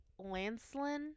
Lancelin